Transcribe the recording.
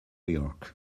york